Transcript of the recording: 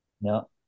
No